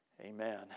amen